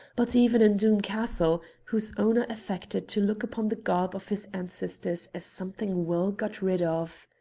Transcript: but even in doom castle, whose owner affected to look upon the garb of his ancestors as something well got rid of.